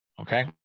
okay